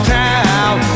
town